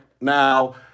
now